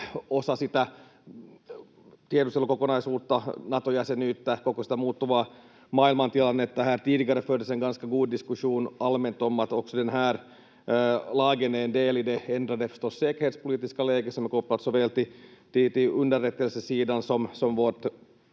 osa tiedustelukokonaisuutta, Nato-jäsenyyttä, koko sitä muuttuvaa maailmantilannetta. Här fördes tidigare en ganska god diskussion allmänt om att också den här lagen förstås är en del i det ändrade säkerhetspolitiska läget som är kopplat såväl till underrättelsesidan som vårt